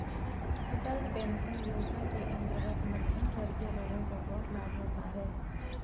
अटल pension योजना के अंतर्गत मध्यमवर्गीय लोगों को बहुत लाभ होता है